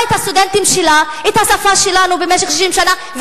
את הסטודנטים שלה את השפה שלנו במשך 60 שנה,